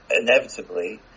inevitably